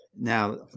Now